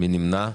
מי נמנע?